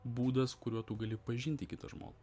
būdas kuriuo tu gali pažinti kitą žmogų